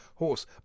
horse